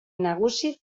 nagusi